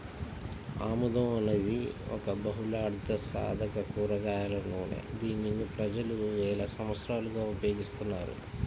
ఆముదం అనేది ఒక బహుళార్ధసాధక కూరగాయల నూనె, దీనిని ప్రజలు వేల సంవత్సరాలుగా ఉపయోగిస్తున్నారు